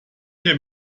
hier